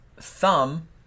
thumb